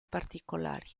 particolari